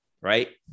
right